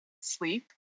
sleep